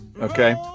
Okay